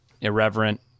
irreverent